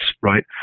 right